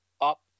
up